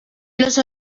los